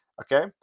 Okay